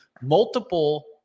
multiple